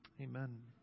Amen